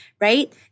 right